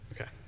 Okay